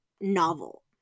novel